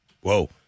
Whoa